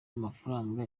amafaranga